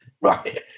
right